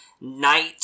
night